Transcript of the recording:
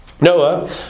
Noah